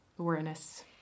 Awareness